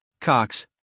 Cox